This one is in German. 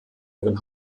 ihren